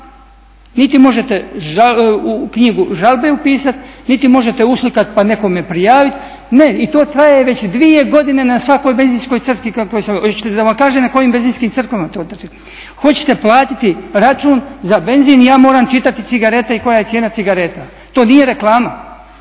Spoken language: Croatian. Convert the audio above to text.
Niti možete u knjigu žalbe upisati, niti možete uslikati pa nekome prijaviti. Ne i to traje već dvije godine na svakoj benzinskoj crpki na kojoj sam. Hoćete da vam kažem na kojim benzinskim crpkama to drže? Hoćete platiti račun za benzin i ja moram čitati cigarete i koja je cijena cigareta. To nije reklama.